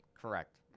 Correct